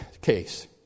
case